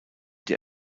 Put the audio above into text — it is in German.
die